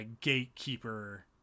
gatekeeper